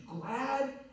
glad